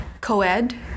co-ed